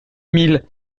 mille